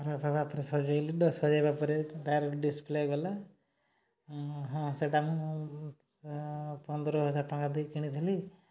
ଖରାପ ହେବାପରେ ସଜେଇଲି ଦଶେଇବା ପରେ ତାର ଡିସ୍ପ୍ଲେ ଗଲା ହଁ ସେଇଟା ମୁଁ ପନ୍ଦର ହଜାର ଟଙ୍କା ଦେଇ କିଣିଥିଲି